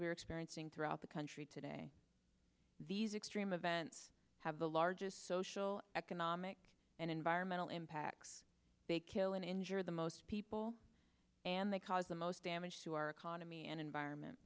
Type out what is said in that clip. we're experiencing throughout the country today these extreme advance have the largest social economic and environmental impacts they kill and injure the most people and they cause the most damage to our economy environment